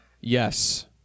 yes